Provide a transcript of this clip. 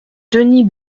denis